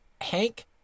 Hank